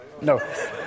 No